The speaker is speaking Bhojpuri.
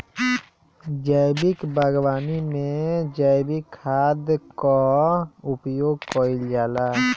जैविक बागवानी में जैविक खाद कअ उपयोग कइल जाला